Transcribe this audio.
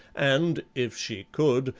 and, if she could,